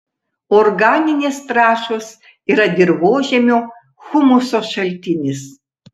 organinės trąšos yra dirvožemio humuso šaltinis